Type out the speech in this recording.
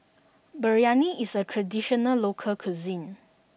Biryani is a traditional local cuisine